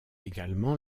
également